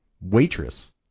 waitress